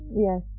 yes